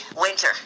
winter